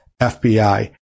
FBI